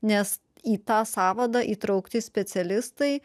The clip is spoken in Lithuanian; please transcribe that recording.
nes į tą sąvadą įtraukti specialistai